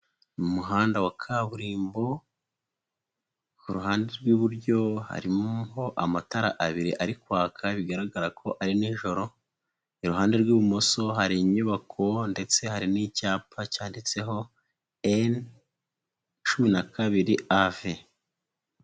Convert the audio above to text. Mu muhanda wa kaburimbo, ku ruhande rw'iburyo hariho amatara abiri ari kwaka bigaragara ko ari ni njoro, iruhande rw'ibumoso hari inyubako ndetse hari n'icyapa cyanditseho eni cumi na kabiri ave.